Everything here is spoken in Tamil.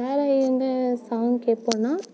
வேறு எங்கள் சாங் கேட்போன்னா